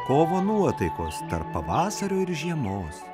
kovo nuotaikos tarp pavasario ir žiemos